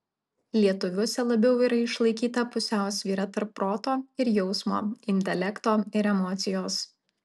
lietuviuose labiau yra išlaikyta pusiausvyra tarp proto ir jausmo intelekto ir emocijos